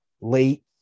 late